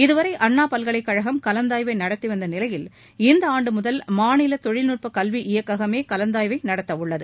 இதுவரை அண்ணா பல்கலைக்கழகம் கலந்தாய்வை நடத்தி வந்த நிலையில் இந்த ஆண்டுமுதல் மாநில தொழில்நுட்பக் கல்வி இயக்ககமே கலந்தாய்வை நடத்தவுள்ளது